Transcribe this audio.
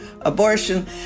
abortion